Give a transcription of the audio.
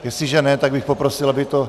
Jestliže ne, tak bych poprosil, aby to...